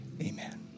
Amen